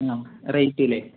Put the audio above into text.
ഉം റേറ്റ് ഇല്ലേ